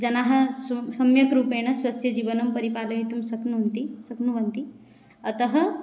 जनाः सो सम्यक् रूपेण स्वस्य जीवनं परिपालयितुं शक्नुवन्ति शक्नुवन्ति अतः